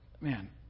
man